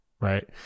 right